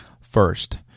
First